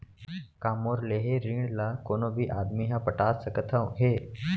का मोर लेहे ऋण ला कोनो भी आदमी ह पटा सकथव हे?